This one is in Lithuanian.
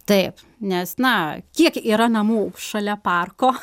taip nes na kiek yra namų šalia parko